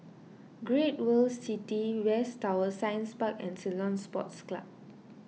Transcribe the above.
Great World City West Tower Science Park and Ceylon Sports Club